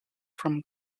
from